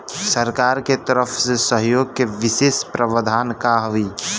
सरकार के तरफ से सहयोग के विशेष प्रावधान का हई?